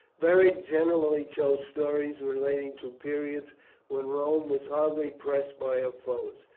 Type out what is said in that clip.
beric generally chose stories relating to periods when rome was hardly pressed by her foes,